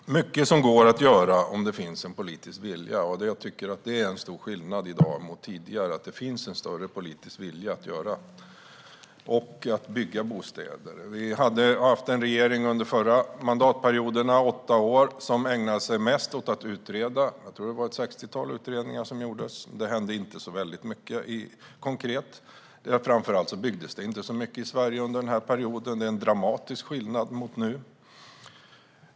Herr talman! Det är mycket som går att göra om det finns en politisk vilja. Jag tycker att det är en stor skillnad i dag jämfört med tidigare: Det finns i dag en större politisk vilja att göra något och att bygga bostäder. Vi hade en regering under de förra mandatperioderna som i åtta år ägnade sig mest åt att utreda. Jag tror att det var ett sextiotal utredningar som gjordes. Det hände inte så mycket konkret. Framför allt byggdes det inte så mycket i Sverige under denna period. Det var en dramatisk skillnad jämfört med nu.